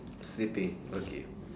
sleeping okay